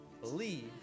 believe